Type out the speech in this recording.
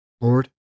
Lord